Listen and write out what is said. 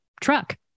truck